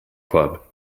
club